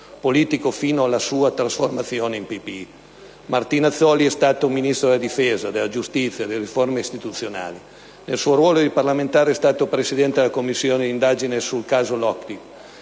politico fino alla sua trasformazione in PPI. Martinazzoli è stato ministro della difesa, della giustizia e delle riforme istituzionali. Nel suo ruolo di parlamentare è stato presidente della Commissione di indagine sul caso Lockheed.